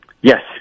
Yes